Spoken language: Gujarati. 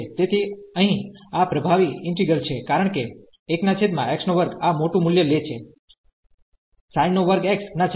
તેથી અહીંઆ પ્રભાવી ઈન્ટિગ્રલ છે કારણ કે આ મોટું મુલ્ય લે છે આની કરતા